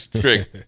Trick